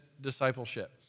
discipleship